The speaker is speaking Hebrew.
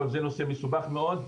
הוא נושא מסובך מאוד.